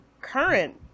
current